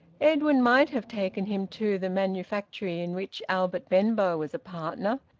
edwin might have taken him to the manufactory in which albert benbow was a partner,